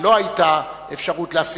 שלא היתה אפשרות להשיג,